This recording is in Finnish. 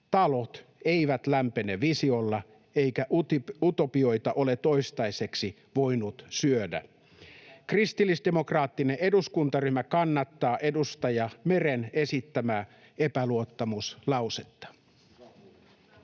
Talot eivät lämpene visioilla, eikä utopioita ole toistaiseksi voinut syödä. Kristillisdemokraattinen eduskuntaryhmä kannattaa edustaja Meren esittämää epäluottamuslausetta.